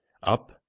up,